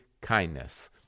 kindness